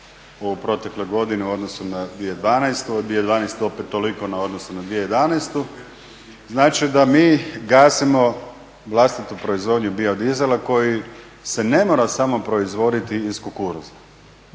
u protekloj godini u odnosu na 2012., u 2012. opet toliko u odnosu na 2011. Znači da mi gasimo vlastitu proizvodnju biodizela koji se ne mora samo proizvoditi iz kukuruza.